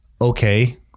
Okay